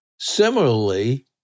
Similarly